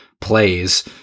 plays